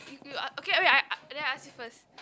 you you ah okay wait I then I ask you first